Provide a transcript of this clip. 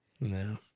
No